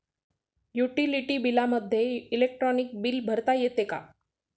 Utility बिलामध्ये electronic bill भरता येते का?